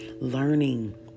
learning